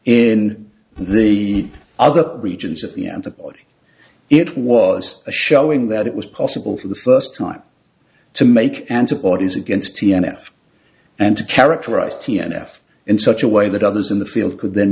in the other regions of the anthropoid it was showing that it was possible for the first time to make antibodies against t n f and to characterize t n f in such a way that others in the field could then